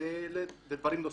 ולדברים נוספים.